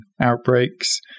outbreaks